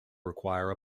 require